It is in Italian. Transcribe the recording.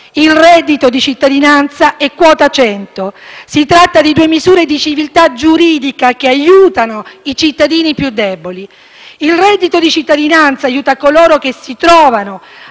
il reddito di cittadinanza e quota 100. Si tratta di due misure di civiltà giuridica che aiutano i cittadini più deboli. Il reddito di cittadinanza aiuta coloro che si trovano,